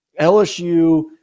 LSU